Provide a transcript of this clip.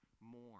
more